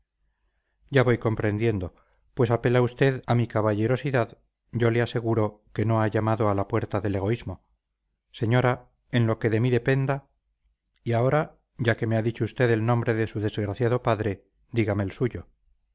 ya voy comprendiendo pues apela usted a mi caballerosidad yo le aseguro que no ha llamado a la puerta del egoísmo señora en lo que de mí dependa y ahora ya que me ha dicho usted el nombre de su desgraciado padre dígame el suyo